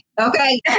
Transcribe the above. okay